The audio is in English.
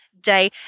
day